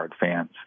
fans